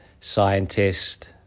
scientist